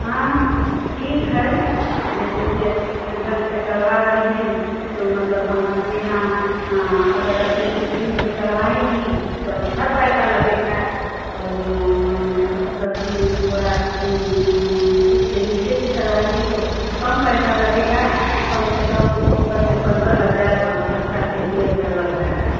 हाँ ठीक है जैसे कि अच्छे ढंग से करवा रही हैं तो मतलब हमारे यहाँ अगर अच्छे अच्छे क्रीम से करवाएंगी तो अच्छा पैसा लगेगा और मतलब कि थोड़ा उससे नीचे से करवाएंगी तो कम पैसा लगेगा कम से कम दस से पंद्रह हज़ार अच्छा फेसियल का लग रहा है